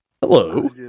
Hello